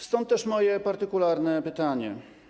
Stąd też moje partykularne pytanie.